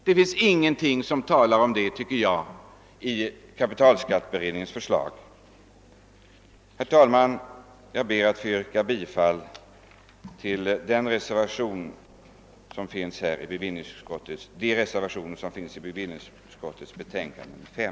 Det finns inga uppgifter om det i kapitalskatteberedningens förslag. Herr talman! Jag ber att få yrka bifall till reservationerna i bevillningsutskottets betänkande nr 5.